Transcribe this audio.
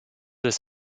des